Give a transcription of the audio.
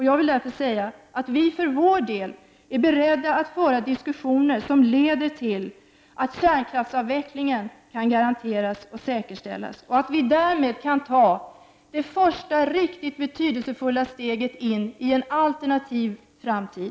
Jag vill därför säga att vi för vår del är beredda att föra diskussioner som leder till att kärnkraftsavvecklingen kan garanteras och säkerställas, och att vi därmed kan ta det första riktigt betydelsefulla steget in i en alternativ framtid.